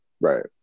right